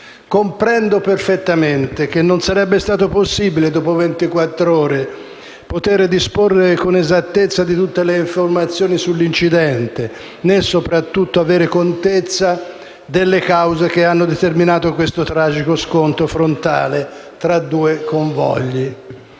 Comprendo perfettamente che non sarebbe stato possibile dopo ventiquattr'ore potere disporre con esattezza di tutte le informazioni sull'incidente, né soprattutto avere contezza delle cause che hanno determinato questo tragico scontro frontale tra due convogli.